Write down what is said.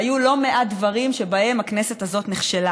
והיו לא מעט דברים שבהם הכנסת הזאת נכשלה: